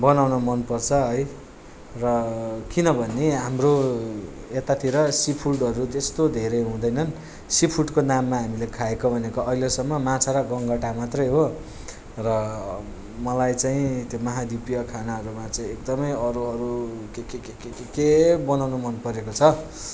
बनाउन मन पर्छ है र किनभने हाम्रो यतातिर सी फुडहरू त्यस्तो धेरै हुँदैनन् सी फुडको नाममा हामीले खाएको भनेको अहिलेसम्म माछा र गङ्गटा मात्रै हो र मलाई चाहिँ त्यो महाद्विपीय खानाहरूमा चाहिँ एकदमै अरू अरू के के के के के के के बनाउनु मन परेको छ